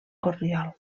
corriol